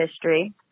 History